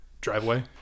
driveway